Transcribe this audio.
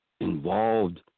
involved